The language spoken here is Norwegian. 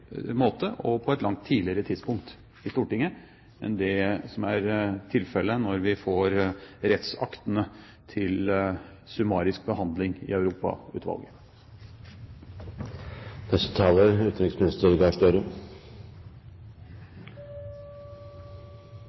måte og på et langt tidligere tidspunkt i Stortinget enn det som er tilfellet når vi får rettsaktene til summarisk behandling i